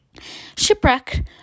Shipwreck